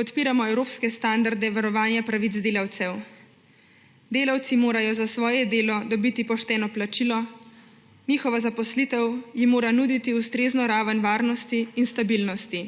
Podpiramo evropske standarde varovanja pravic delavcev. Delavci morajo za svoje delo dobiti pošteno plačilo, njihova zaposlitev jim mora nuditi ustrezno raven varnosti in stabilnosti.